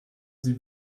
sie